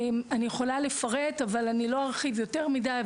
אני יכולה לפרט אבל אני לא ארחיב יותר מידי.